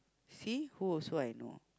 see who also I know